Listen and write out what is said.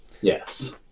Yes